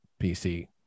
pc